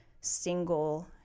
single